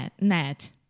net